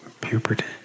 puberty